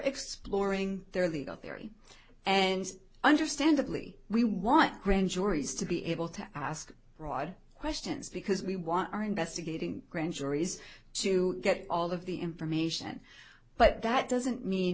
exploring their legal theory and understandably we want grand juries to be able to ask broad questions because we want our investigating grand juries to get all of the information but that doesn't mean